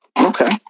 Okay